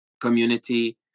community